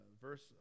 verse